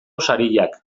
sariak